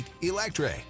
Electric